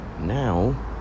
now